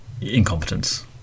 incompetence